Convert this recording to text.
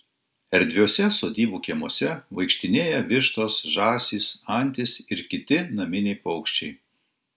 erdviuose sodybų kiemuose vaikštinėja vištos žąsys antys ir kiti naminiai paukščiai